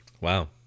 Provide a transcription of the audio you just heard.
Wow